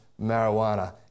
marijuana